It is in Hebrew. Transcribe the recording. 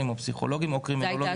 או פסיכולוגים או קרימינולוגים קלינים.